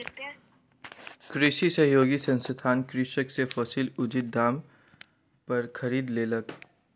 कृषि सहयोगी संस्थान कृषक सॅ फसील उचित दाम पर खरीद लेलक